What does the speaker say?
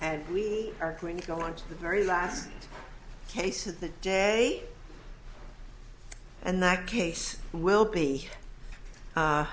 and we are going to go on to the very last case of the day and that case will be